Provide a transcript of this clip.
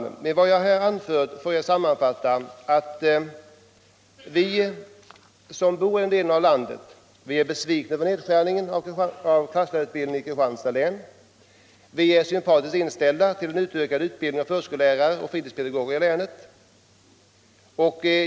Efter vad jag här har anfört vill jag sammanfatta att vi i denna del av landet är besvikna över nedskärningen av klasslärarutbildningen i Kristianstads län. Vi är sympatiskt inställda till den utökade utbildningen av förskollärare och fritidspedagoger i länet.